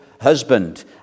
husband